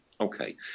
Okay